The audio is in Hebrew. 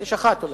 יש אחת, אולי.